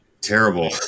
terrible